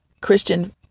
Christian